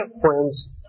friends